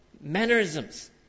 mannerisms